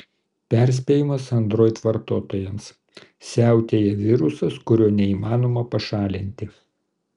perspėjimas android vartotojams siautėja virusas kurio neįmanoma pašalinti